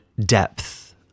depth